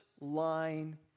line